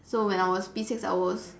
so when I was P six I was